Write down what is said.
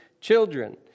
children